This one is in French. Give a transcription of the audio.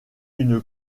une